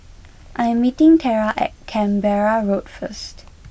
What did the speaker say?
I am meeting Tera at Canberra Road first